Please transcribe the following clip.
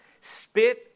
spit